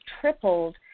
tripled